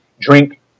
drink